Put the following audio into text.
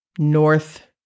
North